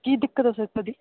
ਕੀ ਦਿੱਕਤ ਆ ਸਰ ਤੁਹਾਡੀ